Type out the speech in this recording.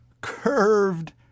curved